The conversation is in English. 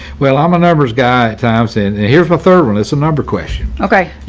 well, i'm a numbers guy thompson. here's the third one. it's a number question. okay, you